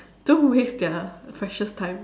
don't waste their precious time